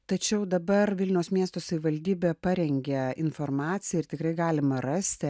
tačiau dabar vilniaus miesto savivaldybė parengė informaciją ir tikrai galima rasti